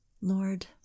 Lord